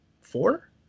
four